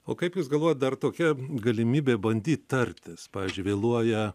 o kaip jūs galvojat dar tokia galimybė bandyt tartis pavyzdžiui vėluoja